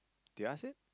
do you ask it